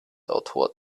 autor